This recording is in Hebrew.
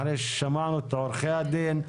אחרי ששמענו את עורכי הדין,